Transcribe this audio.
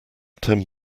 ten